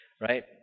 right